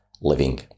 living